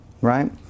right